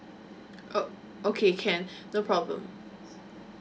ok~ okay can no problem